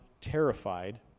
terrified